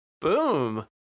Boom